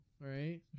right